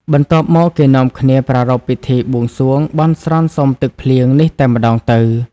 បន្ទាប់មកគេនាំគ្នាប្រារព្ធពិធីបួងសួង បន់ស្រន់សុំទឹកភ្លៀងនេះតែម្តងទៅ។